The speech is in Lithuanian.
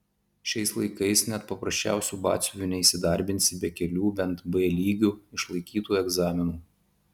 šiais laikais net paprasčiausiu batsiuviu neįsidarbinsi be kelių bent b lygiu išlaikytų egzaminų